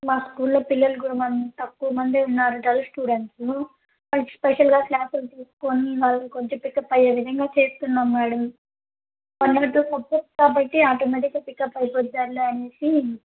మా స్కూల్లో పిల్లలు కూడా తక్కువ మంది ఉన్నారు డల్ స్టూడెంట్స్ వాళ్లకు స్పెషల్గా క్లాసులు తీసుకొని వాళ్ళు కొంచెం పికప్ అయ్యే విధంగా చేస్తున్నాం madam one or two pickup అయితే ఆటోమేటిక్గా పికప్ అయిపోద్ధి అని